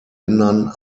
ändern